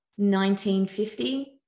1950